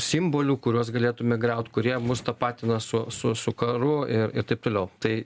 simbolių kuriuos galėtume griaut kurie mus tapatina su su su karu ir ir taip toliau tai